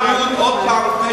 עוד פעם,